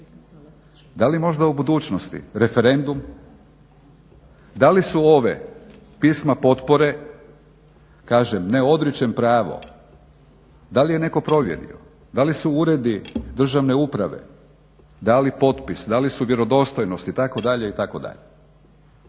da li možda u budućnosti referendum? Da li su ova pisma potpore, kažem ne odričem pravo da li je netko provjerio? Da li su uredi državne uprave dali potpis, da li su vjerodostojni itd., itd.